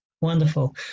Wonderful